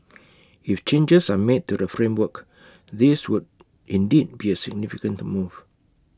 if changes are made to the framework this would indeed be A significant move